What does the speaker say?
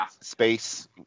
space